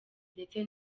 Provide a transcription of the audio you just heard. ndetse